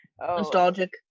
nostalgic